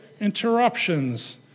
Interruptions